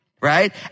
right